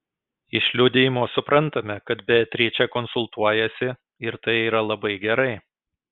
iš liudijimo suprantame kad beatričė konsultuojasi ir tai yra labai gerai